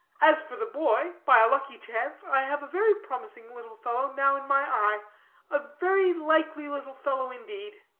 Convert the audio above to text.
as for the boy, by a lucky chance, i have a very promising little fellow now in my eye a very likely little fellow, indeed.